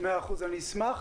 מאה אחוז, אני אשמח.